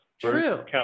True